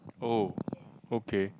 oh okay